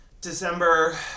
december